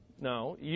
no